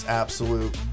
absolute